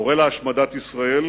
קורא להשמדת ישראל